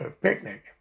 picnic